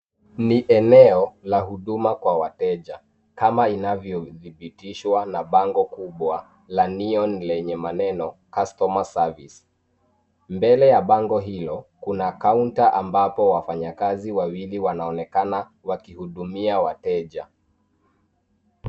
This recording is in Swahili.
Ni eneo la huduma kwa wateja kama inavyodhibitishwa na bango kubwa la neon lenye maneno customer service . Mbele ya bango hilo kuna kaunta ambapo wafanyikazi wawili wanaoonekana wakihudumia wateja.